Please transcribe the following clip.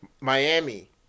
Miami